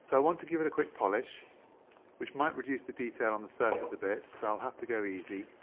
so want to give it a quick polish which might reduce the detail on the surface a bit so i'll have to go easy